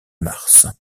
mars